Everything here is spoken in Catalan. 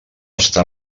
està